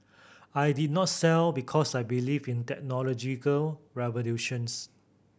I did not sell because I believe in technological revolutions